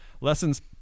lessons